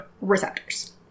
receptors